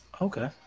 Okay